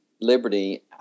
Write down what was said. Liberty